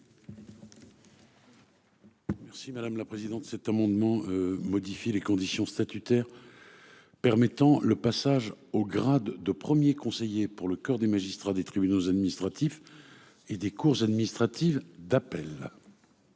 Merci madame la présidente. Cet amendement modifie les conditions statutaires. Permettant le passage au grade de premier conseiller pour le coeur des magistrats des tribunaux administratifs et des cours administratives d'appel.